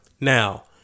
Now